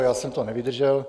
Já jsem to nevydržel.